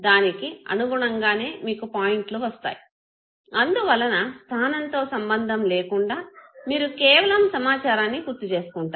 దానికి అనుగుణంగానే మీకు పాయింట్లు వస్తాయి అందువలన స్థానంతో సంబంధం లేకుండా మీరు కేవలం సమాచారాన్ని గుర్తు చేసుకుంటారు